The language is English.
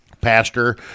Pastor